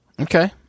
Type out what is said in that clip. Okay